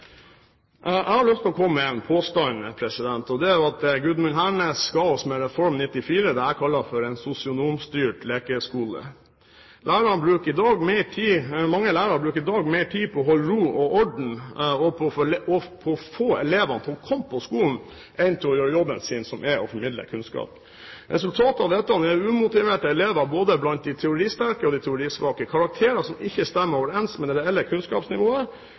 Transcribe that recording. Jeg har lyst til å komme med en påstand, og det er at Gudmund Hernes med Reform 94 ga oss det jeg kaller en sosionomstyrt lekeskole. Mange lærere bruker i dag mer tid på å holde ro og orden og på å få elevene til å komme på skolen enn til å gjøre jobben sin, som er å formidle kunnskap. Resultatet av dette er umotiverte elever både blant de teoristerke og de teorisvake, karakterer som ikke stemmer overens med det reelle kunnskapsnivået,